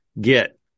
get